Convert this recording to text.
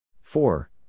Four